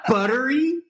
Buttery